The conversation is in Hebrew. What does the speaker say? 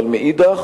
אבל מנגד,